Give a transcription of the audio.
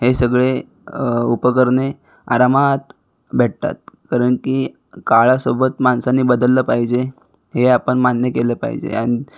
हे सगळे उपकरणे आरामात भेटतात कारण की काळासोबत माणसाने बदललं पाहिजे हे आपण मान्य केलं पाहिजे आणि